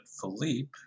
Philippe